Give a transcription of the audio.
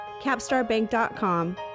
capstarbank.com